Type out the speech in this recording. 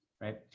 Right